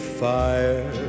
fire